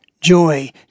joy